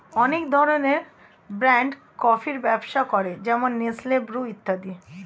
অনেক ধরনের ব্র্যান্ড কফির ব্যবসা করে যেমন নেসলে, ব্রু ইত্যাদি